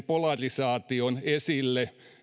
polarisaation esille